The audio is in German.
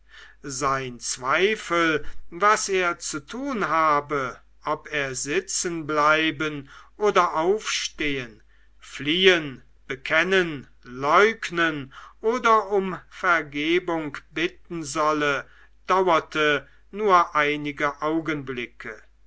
sein zweifel was er zu tun habe ob er sitzenbleiben oder aufstehen fliehen bekennen leugnen oder um vergebung bitten solle dauerte nur einige augenblicke